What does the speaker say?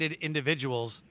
individuals